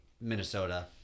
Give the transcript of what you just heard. Minnesota